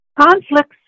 Conflicts